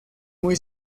muy